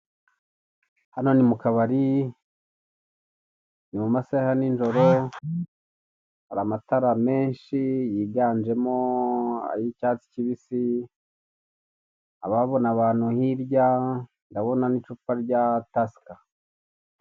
Hano ni mu kabari, ni mu masaha ya ninjoro, hari amatara menshi yiganjemo ay'icyatsi kibisi, nkaba mbona abantu hirya, ndabona n'icupa rya tasika.